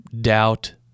doubt